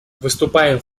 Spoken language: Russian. выступаем